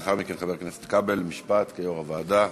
לאחר מכן חבר הכנסת כבל יאמר משפט כיושב-ראש הוועדה.